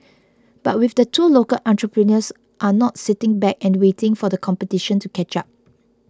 but with the two local entrepreneurs are not sitting back and waiting for the competition to catch up